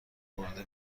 برده